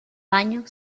baño